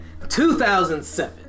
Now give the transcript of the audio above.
2007